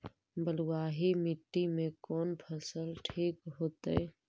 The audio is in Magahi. बलुआही मिट्टी में कौन फसल ठिक होतइ?